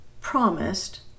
promised